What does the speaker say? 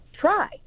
try